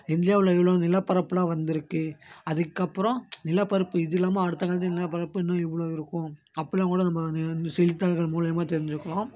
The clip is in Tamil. இந்தியாவில் எவ்வளோ நிலப்பரப்புலாம் வந்திருக்கு அதுக்கப்புறம் நிலப்பரப்பு இது இல்லாமல் அடுத்த காலத்து நிலப்பரப்பு இன்னும் இவ்வளோ இருக்கும் அப்படிலாம் கூட நம்ம இந்த செய்தித்தாள்கள் மூலிமா தெரிஞ்சுக்கலாம்